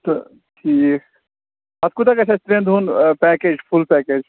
تہٕ ٹھیٖک اَتھ کوٗتاہ گژھِ اَسہِ ترٛٮ۪ن دۄہَن پیکیج فُل پیکیج